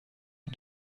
une